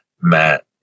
Matt